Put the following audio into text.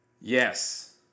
Yes